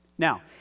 Now